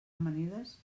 amanides